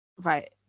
right